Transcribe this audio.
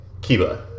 Kiba